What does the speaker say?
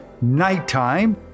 nighttime